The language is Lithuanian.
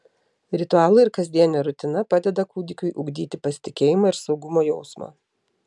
ritualai ir kasdienė rutina padeda kūdikiui ugdyti pasitikėjimą ir saugumo jausmą